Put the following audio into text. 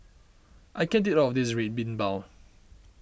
I can't eat all of this Red Bean Bao